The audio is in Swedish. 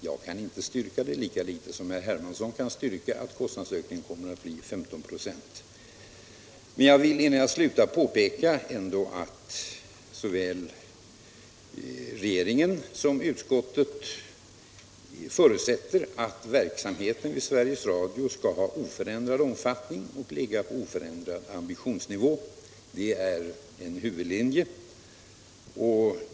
Jag kan alltså inte styrka den uppgiften, lika litet som herr Hermansson kan styrka att kostnadsökningen kommer att bli 15 96. Innan jag slutar vill jag ändå påpeka att såväl regeringen som utskottet förutsätter att verksamheten vid Sveriges Radio skall ha oförändrad omfattning och ligga på oförändrad ambitionsnivå. Det är en huvudlinje.